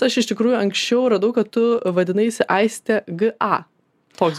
aš iš tikrųjų anksčiau radau kad tu vadinaisi aistė g a toks